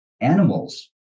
animals